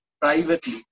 privately